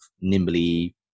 nimbly